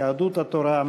יהדות התורה,